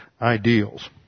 ideals